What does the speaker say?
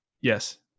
yes